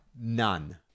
None